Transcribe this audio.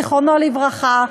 זיכרונו לברכה,